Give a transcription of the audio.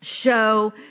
Show